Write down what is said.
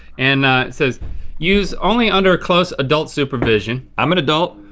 and it says use only under close adult supervision. i'm an adult.